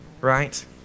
right